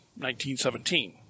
1917